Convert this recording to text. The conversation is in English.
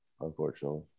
unfortunately